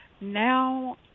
now